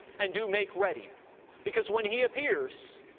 and do make ready because when he appears,